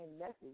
message